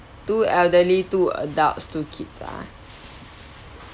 two elderly two adults two kids ah